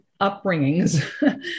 upbringings